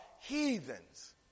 heathens